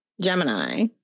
Gemini